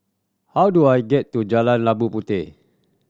how do I get to Jalan Labu Puteh